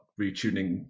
retuning